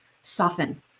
soften